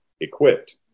equipped